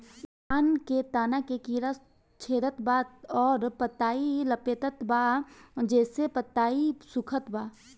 धान के तना के कीड़ा छेदत बा अउर पतई लपेटतबा जेसे पतई सूखत बा?